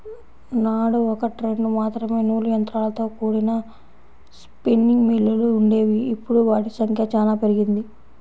నాడు ఒకట్రెండు మాత్రమే నూలు యంత్రాలతో కూడిన స్పిన్నింగ్ మిల్లులు వుండేవి, ఇప్పుడు వాటి సంఖ్య చానా పెరిగింది